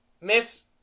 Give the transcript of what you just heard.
Miss